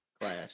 class